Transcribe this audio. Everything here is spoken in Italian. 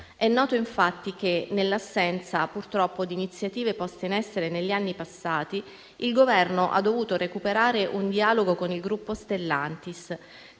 È noto, infatti, che nell'assenza, purtroppo, di iniziative poste essere negli anni passati, il Governo ha dovuto recuperare un dialogo con il gruppo Stellantis,